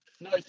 No